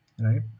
right